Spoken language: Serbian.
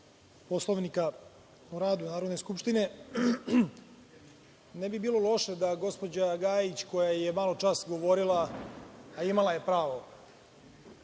Poslovnika o radu Narodne skupštine, ne bi bilo loše da gospođa Gajić koja je maločas govorila, a imala je pravo,